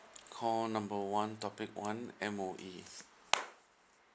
call number one topic one M_O_E